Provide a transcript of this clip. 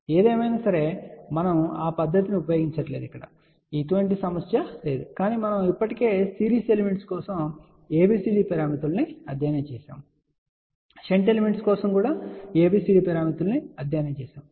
ఏదేమైనా మనము ఆ పద్ధతిని ఉపయోగించబోవడం లేదు అక్కడ ఎటువంటి సమస్య లేదు కానీ మనము ఇప్పటికే సిరీస్ ఎలిమెంట్స్ కోసం ABCD పారామితులను అధ్యయనం చేసాము షంట్ ఎలిమెంట్ కోసం ABCD పారామితులను కూడా అధ్యయనం చేసాము